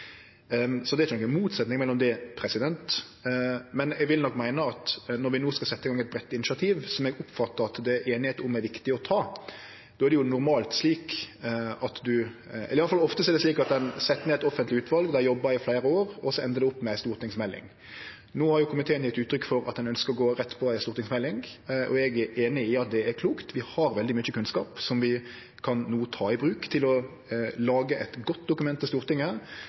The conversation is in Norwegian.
no skal setje i gang eit breitt initiativ, som eg oppfattar at det er einigheit om at det er viktig å ta, er det jo normalt – eller i alle fall ofte – slik at ein set ned eit utval som jobbar i fleire år, og så endar det opp med ei stortingsmelding. No har komiteen gjeve uttrykk for at ein ønskjer å gå rett på ei stortingsmelding, og eg er einig i at det er klokt. Vi har veldig mykje kunnskap som vi no kan ta i bruk for å lage eit godt dokument for Stortinget